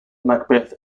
macbeth